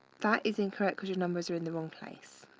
that is incorrect because your numbers are in the wrong place.